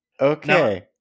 okay